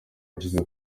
yashyize